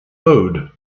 load